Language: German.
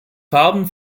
farben